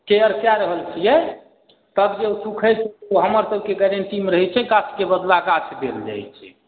care कए रहल छियै तब जे ओ सूखैत छै तऽ हमरसबके गारण्टीमे रहैत छै गाछके बदला गाछ देल जाइत छै